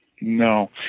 No